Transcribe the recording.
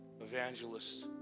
evangelists